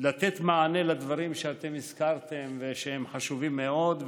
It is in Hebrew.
לתת מענה לדברים שאתם הזכרתם, שהם חשובים מאוד.